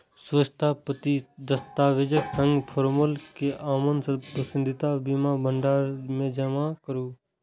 स्वसत्यापित दस्तावेजक संग फॉर्म कें अपन पसंदीदा बीमा भंडार मे जमा करू